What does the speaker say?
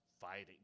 fighting